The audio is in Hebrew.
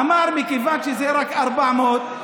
אמר: מכיוון שזה רק 400,